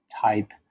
type